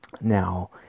now